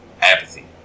apathy